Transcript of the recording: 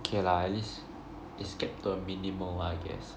okay lah at least is kept to a minimal lah I guess